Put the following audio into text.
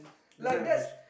doesn't have a vision